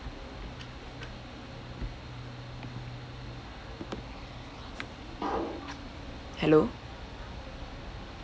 hello